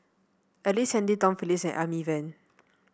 Ellice Handy Tom Phillips Amy Van